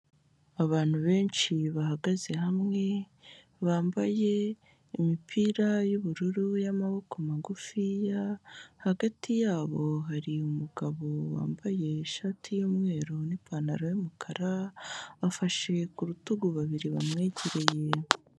Abantu benshi bahagaze hamwe bambaye imipira y'ubururu y'amaboko magufiya, hagati yabo hari umugabo wambaye ishati y'umweru n'ipantaro y'umukara, afashe ku rutugu babiri bamwegereye.